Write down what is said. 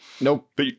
Nope